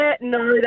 no